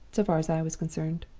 so far as i was concerned.